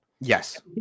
Yes